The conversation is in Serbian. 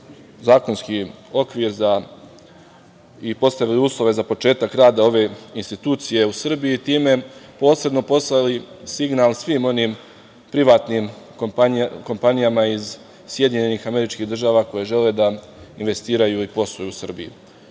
zakonski okvir i postavili uslove za početak rada ove institucije u Srbiji i time posebno poslali signal svim onim privatnim kompanijama iz SAD koje žele da investiraju i posluju u Srbiji. Imali